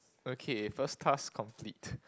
okay first task complete